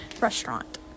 restaurant